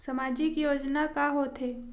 सामाजिक योजना का होथे?